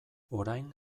orain